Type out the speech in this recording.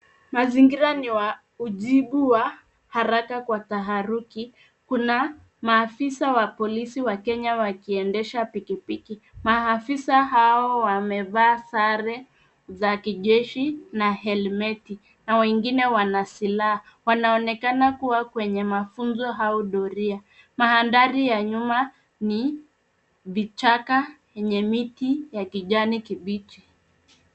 Mazingira ni wa ujibu wa haraka kwa taharuki. Kuna maafisa wa polisi wa Kenya wakiendesha pikipiki. Maafisa hao wamevaa sare za kijeshi na helmeti na wengine wana silaha. Wanaonekana kuwa kwenye mafunzo au doria. Mandhari ya nyuma ni vichaka enye miti ya kijani kibichi.